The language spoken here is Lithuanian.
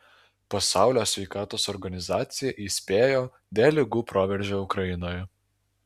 pasaulio sveikatos organizacija įspėjo dėl ligų proveržio ukrainoje